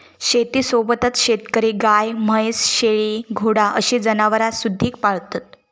शेतीसोबतच शेतकरी गाय, म्हैस, शेळी, घोडा अशी जनावरांसुधिक पाळतत